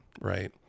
right